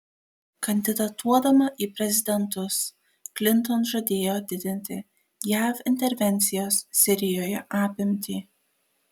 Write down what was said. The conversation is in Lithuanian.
kandidatuodama į prezidentus klinton žadėjo didinti jav intervencijos sirijoje apimtį